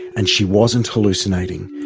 and she wasn't hallucinating.